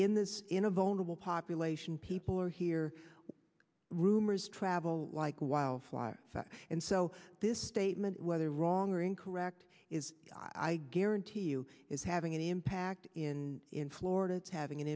in this in a vulnerable population people are here rumors travel like wow and so this statement whether wrong or incorrect is i guarantee you is having an impact in in florida it's having an